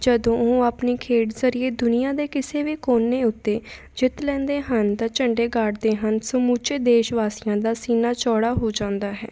ਜਦੋਂ ਉਹ ਆਪਣੀ ਖੇਡ ਜ਼ਰੀਏ ਦੁਨੀਆ ਦੇ ਕਿਸੇ ਵੀ ਕੋਨੇ ਉੱਤੇ ਜਿੱਤ ਲੈਂਦੇ ਹਨ ਤਾਂ ਝੰਡੇ ਗੱਡਦੇ ਹਨ ਸਮੁੱਚੇ ਦੇਸ਼ ਵਾਸੀਆਂ ਦਾ ਸੀਨਾ ਚੌੜਾ ਹੋ ਜਾਂਦਾ ਹੈ